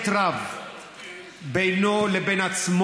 עכשיו